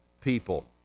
people